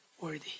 worthy